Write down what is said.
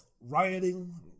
rioting